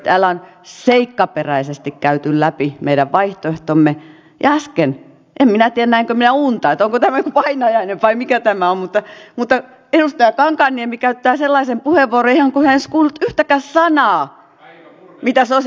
täällä on seikkaperäisesti käyty läpi meidän vaihtoehtomme ja äsken en minä tiedä näinkö minä unta että onko tämä joku painajainen vai mikä tämä on edustaja kankaanniemi käytti sellaisen puheenvuoron ihan kuin hän ei olisi kuullut yhtäkään sanaa mitä sosialidemokraatit